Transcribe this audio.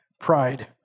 pride